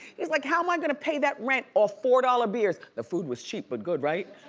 he's like, how am i gonna pay that rent off four dollar beers? the food was cheap, but good, right?